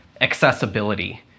accessibility